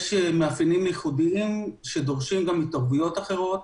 יש מאפיינים ייחודיים שדורשים התערבויות אחרות.